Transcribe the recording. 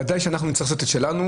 בוודאי נצטרך לעשות את שלנו,